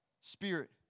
spirit